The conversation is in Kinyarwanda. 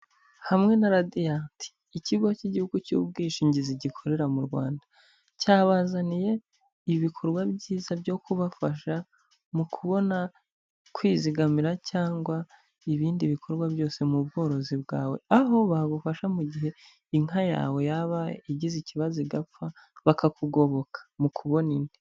Hamwe na Radiant, ikigo cy'igihugu cy'ubwishingizi gikorera mu Rwanda, cyabazaniye ibikorwa byiza byo kubafasha mu kubona kwizigamira cyangwa ibindi bikorwa byose mu bworozi bwawe, aho bagufasha mu gihe inka yawe yaba igize ikibazo igapfa bakakugoboka mu kubona indi.